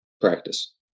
practice